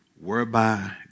whereby